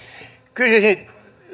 kysyisin